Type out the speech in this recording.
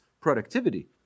productivity